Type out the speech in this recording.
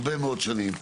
הרבה מאוד שנים.